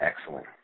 excellent